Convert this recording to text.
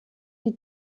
die